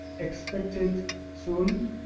expected soon.